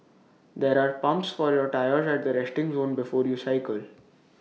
there are pumps for your tyres at the resting zone before you cycle